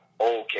okay